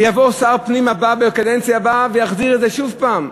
ויבוא שר הפנים הבא בקדנציה הבאה ויחזיר את זה שוב הפעם.